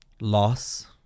loss